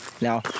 Now